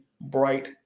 bright